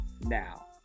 now